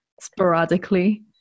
sporadically